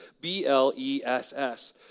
B-L-E-S-S